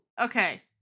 okay